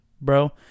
bro